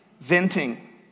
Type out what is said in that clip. Venting